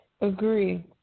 Agree